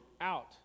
out